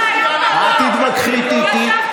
אל תתווכחי איתי.